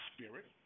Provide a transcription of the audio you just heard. Spirit